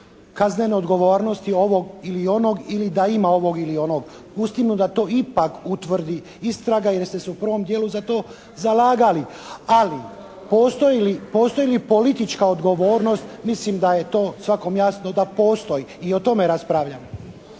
kaznene odgovornosti ovog ili onog ili da ima ovog ili onog. Pustimo da to ipak utvrdi istraga jer ste se u prvom dijelu za to zalagali. Ali postoji li politička odgovornost? Mislim da je to svakom jasno da postoji i o tome raspravljamo.